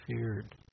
feared